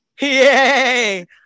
Yay